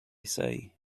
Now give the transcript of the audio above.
say